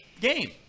game